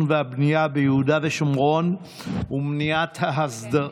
והבנייה ביהודה ושומרון ומניעת ההסדרה,